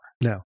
No